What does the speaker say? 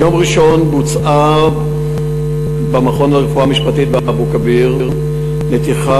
ביום ראשון בוצעה במכון לרפואה משפטית באבו-כביר נתיחה